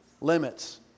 limits